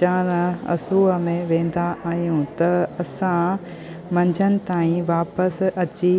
चढ़णु असूअ में वेंदा आहियूं त असां मंझंदि ताईं वापसि अची